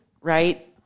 Right